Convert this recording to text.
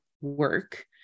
work